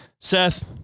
Seth